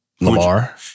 Lamar